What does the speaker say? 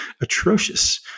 atrocious